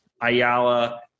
Ayala